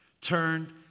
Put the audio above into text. turned